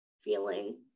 feeling